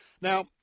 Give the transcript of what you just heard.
Now